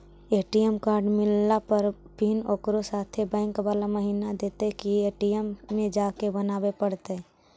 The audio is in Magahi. ए.टी.एम कार्ड मिलला पर पिन ओकरे साथे बैक बाला महिना देतै कि ए.टी.एम में जाके बना बे पड़तै?